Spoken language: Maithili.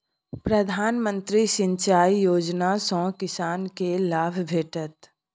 प्रधानमंत्री सिंचाई योजना सँ किसानकेँ लाभ भेटत